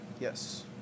Yes